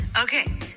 Okay